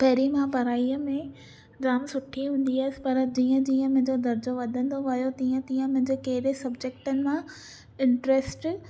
पहिरीं मां पढ़ाई में जाम सुठी हूंदी हुअसि पर जीअं जीअं मुंहिंजो दर्ज़ो वधंदो वियो तीअं तींअ मुंहिंजो केॾे सब्जेक्टनि मां इंटरस्ट